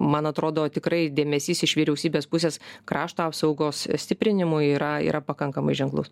man atrodo tikrai dėmesys iš vyriausybės pusės krašto apsaugos stiprinimui yra yra pakankamai ženklus